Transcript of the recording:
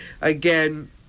again